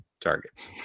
targets